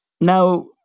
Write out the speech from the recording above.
Now